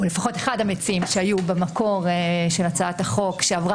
לפחות אחד המציעים שהיו במקור של הצעת החוק שעברה